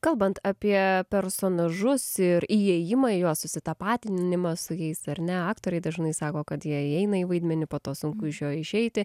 kalbant apie personažus ir įėjimą į juos susitapatin nimą su jais ar ne aktoriai dažnai sako kad jie įeina į vaidmenį po to sunku iš jo išeiti